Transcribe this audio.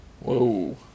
Whoa